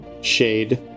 Shade